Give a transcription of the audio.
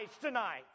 tonight